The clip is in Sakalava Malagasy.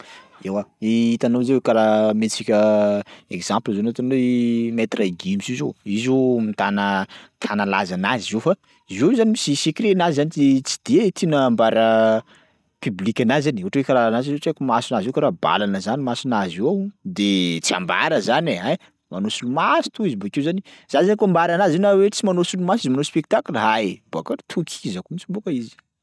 Eoa hitanao zio karaha mentsika exemple zao ianao toy ny hoe maître gims io zao io zao mitana mitana lazanazy zio fa zio zany misy secret-nazy zany tsy tsy de tiana ambara plublic-nazy zany ohatry hoe karahanazy io tsy haiko masonazy io karaha balana zany masonazy ao de tsy ambara zany e. Ay! manao solomaso to izy bakeo zany za zany kô mbaranazy io na hoe tsy manao solomaso izy manao spectacle ay bakeo tokizako mihitsy bôka izy.